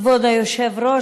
כבוד היושב-ראש,